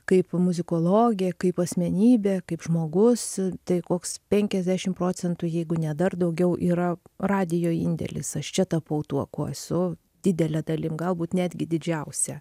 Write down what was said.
kaip muzikologė kaip asmenybė kaip žmogus tai koks penkiasdešim procentų jeigu ne dar daugiau yra radijo indėlis aš čia tapau tuo kuo esu didele dalim galbūt netgi didžiausia